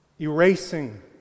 erasing